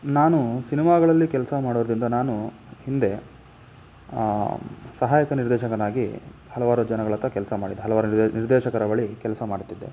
ನಾನು ಸಿನೆಮಾಗಳಲ್ಲಿ ಕೆಲಸ ಮಾಡೋದರಿಂದ ನಾನು ಹಿಂದೆ ಸಹಾಯಕ ನಿರ್ದೇಶಕನಾಗಿ ಹಲವಾರು ಜನಗಳ ಹತ್ರ ಕೆಲಸ ಮಾಡಿದ್ದೆ ಹಲವಾರು ನಿರ್ದೇಶಕರ ಬಳಿ ಕೆಲಸ ಮಾಡುತ್ತಿದ್ದೆ